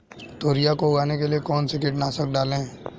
तोरियां को उगाने के लिये कौन सी कीटनाशक डालें?